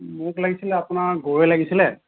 মোক লাগিছিলে আপোনাৰ গৰৈ লাগিছিলে